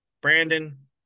Brandon